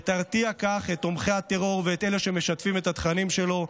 וכך היא תרתיע את תומכי הטרור ואת אלה שמשתפים את התכנים שלו,